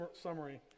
summary